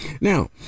Now